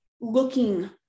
looking